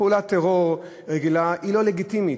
פעולת טרור רגילה היא לא לגיטימית,